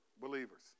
believers